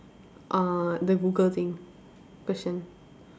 uh the Google thing question